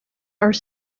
are